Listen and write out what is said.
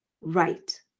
right